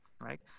right